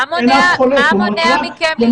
מה מונע מכם ---?